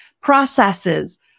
processes